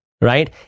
right